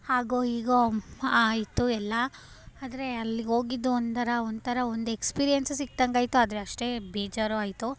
ಹಾಗೋ ಹೀಗೋ ಆಯಿತು ಎಲ್ಲ ಆದರೆ ಅಲ್ಲಿಗೋಗಿದ್ದ ಒಂಥರ ಒಂಥರ ಒಂದು ಎಕ್ಸ್ಪೀರಿಯನ್ಸು ಸಿಕ್ಕಿದಂಗಾಯ್ತು ಆದರೆ ಅಷ್ಟೇ ಬೇಜಾರೂ ಆಯಿತು